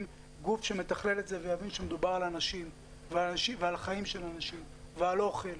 גוף שמתכלל את זה ושיבין שמדובר באנשים ובחיים של אנשים ועל אוכל,